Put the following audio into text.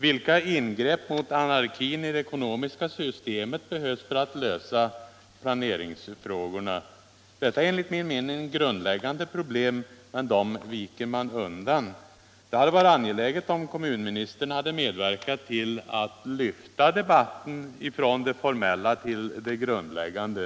Vilka ingrepp mot anarkin i det ekonomiska systemet behövs för att lösa planeringsfrågorna? Det är enligt min mening grundläggande problem, men för dem viker man undan. Det hade varit angeläget att kommunministern hade medverkat till att lyfta debatten från det formella till det grundläggande.